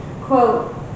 quote